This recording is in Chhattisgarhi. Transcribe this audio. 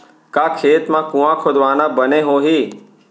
का खेत मा कुंआ खोदवाना बने होही?